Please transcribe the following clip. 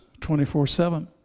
24-7